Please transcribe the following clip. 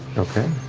okay.